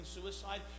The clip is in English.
suicide